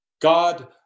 God